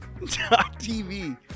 tv